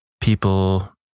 people